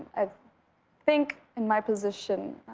i think in my position,